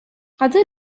other